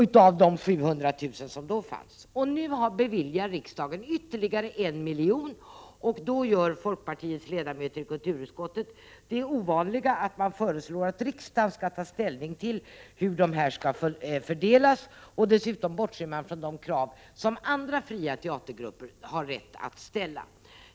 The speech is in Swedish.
av de 700 000 kr. som då fanns. Nu beviljar riksdagen ytterligare 1 milj.kr., och då gör folkpartiets ledamöter i kulturutskottet det ovanliga att man föreslår att riksdagen skall ta ställning till hur dessa pengar skall fördelas. Dessutom bortser man från de krav som andra fria teatergrupper har rätt att ställa.